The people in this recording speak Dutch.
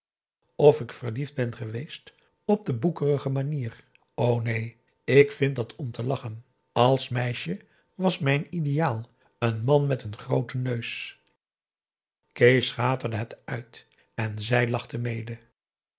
of ik verliefd ben geweest op de boekerige manier o neen ik vind dat om te lachen als meisje was mijn ideaal een man met n grooten neus kees schaterde het uit en zij lachte mede